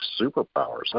superpowers